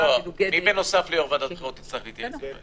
מי בנוסף ליושב-ראש ועדת הבחירות יצטרך להתייעץ?